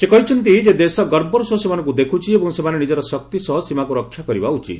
ସେ କହିଛନ୍ତି ଯେ ଦେଶ ଗର୍ବର ସହ ସେମାନଙ୍କୁ ଦେଖୁଛି ଏବଂ ସେମାନେ ନିଜର ଶକ୍ତି ସହ ସୀମାକୁ ରକ୍ଷା କରିବା ଉଚିତ